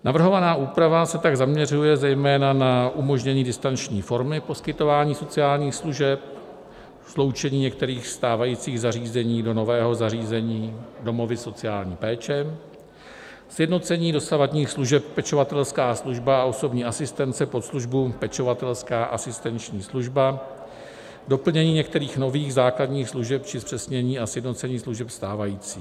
Navrhovaná úprava se tak zaměřuje zejména na umožnění distanční formy poskytování sociálních služeb, sloučení některých stávajících zařízení do nového zařízení domovy sociální péče , sjednocení dosavadních služeb pečovatelská služba a osobní asistence pod službu pečovatelská asistenční služba, doplnění některých nových základních služeb či zpřesnění a sjednocení služeb stávajících.